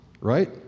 right